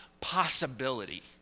possibility